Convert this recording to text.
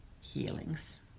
healings